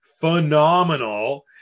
phenomenal